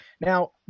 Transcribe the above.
Now